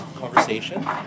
conversation